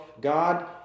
God